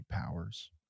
powers